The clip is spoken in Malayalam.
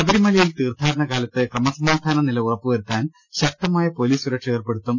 ശബരിമലയിൽ തീർത്ഥാടന കാലത്ത് ക്രമസമാധാന നില ഉറ പ്പുവരുത്താൻ ശക്തമായ പൊലീസ് സുരക്ഷ ഏർപ്പെടുത്തും